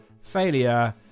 failure